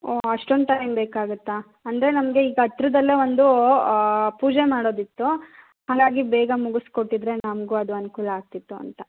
ಓ ಅಷ್ಟೊಂದು ಟೈಮ್ ಬೇಕಾಗುತ್ತ ಅಂದರೆ ನಮಗೆ ಈಗ ಹತ್ರದಲ್ಲೆ ಒಂದು ಪೂಜೆ ಮಾಡೋದಿತ್ತು ಹಾಗಾಗಿ ಬೇಗ ಮುಗಿಸ್ಕೊಟ್ಟಿದ್ರೆ ನಮಗೂ ಅದು ಅನ್ಕೂಲ ಆಗ್ತಿತ್ತು ಅಂತ